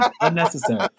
unnecessary